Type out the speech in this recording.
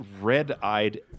red-eyed